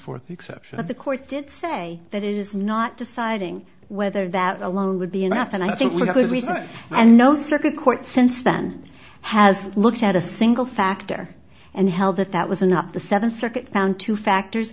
forth the exception of the court did say that is not deciding whether that alone would be enough and i think we could reason and no circuit court since then has looked at a single factor and held that that was an up the seven circuit found two factors